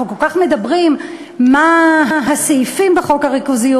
אנחנו כל כך הרבה מדברים על הסעיפים בחוק הריכוזיות,